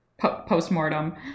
Post-mortem